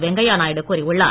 வெங்கையா நாயுடு கூறியுள்ளார்